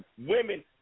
women